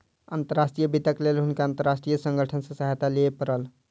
अंतर्राष्ट्रीय वित्तक लेल हुनका अंतर्राष्ट्रीय संगठन सॅ सहायता लिअ पड़ल